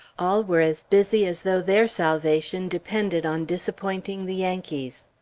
all were as busy as though their salvation depended on disappointing the yankees.